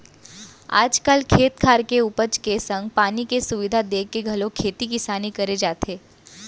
आज काल खेत खार के उपज के संग पानी के सुबिधा देखके घलौ खेती किसानी करे जाथे